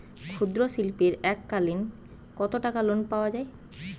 ক্ষুদ্রশিল্পের এককালিন কতটাকা লোন পাওয়া য়ায়?